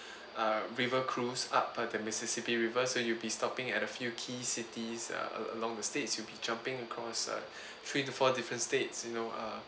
a river cruise up by the mississippi river so you'll be stopping at a few key cities uh along the states you'll be jumping across uh three to four different states you know uh